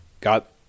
got